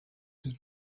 his